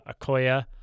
akoya